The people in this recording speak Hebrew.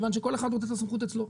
כיוון שכל אחד רוצה את הסמכות אצלו,